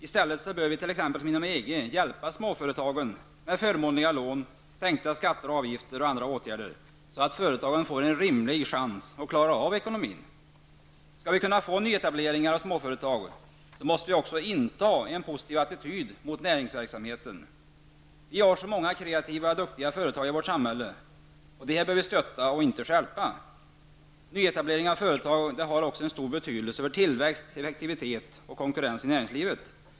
I stället bör vi, som är fallet inom exempelvis EG, hjälpa småföretagen genom förmånliga lån och sänkta skatter och avgifter, så att dessa får en rimlig chans att klara sin ekonomi. Om vi skall få nyetableringar av småföretag måste vi också inta en positiv attityd till näringsverksamheten. Det finns ju så många kreativa och duktiga företagare i vårt samhälle. Dessa bör vi stötta, inte stjälpa. Nyetablering av företag har också stor betydelse för tillväxten, effektiviteten och konkurrensen i näringslivet.